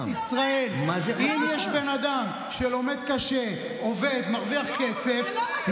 בניין אחד בתל אביב זו כל הארנונה של אופקים.